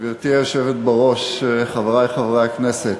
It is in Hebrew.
גברתי היושבת בראש, חברי חברי הכנסת,